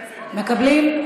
מקבלים?